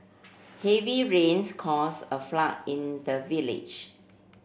heavy rains caused a flood in the village